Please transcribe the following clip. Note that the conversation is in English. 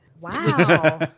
wow